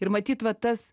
ir matyt va tas